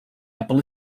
apple